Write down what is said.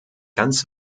ganz